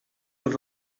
per